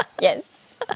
Yes